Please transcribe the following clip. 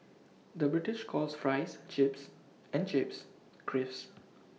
the British calls Fries Chips and Chips Crisps